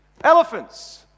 Elephants